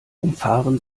umfahren